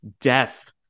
death